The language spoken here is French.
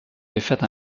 défaite